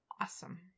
Awesome